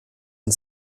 and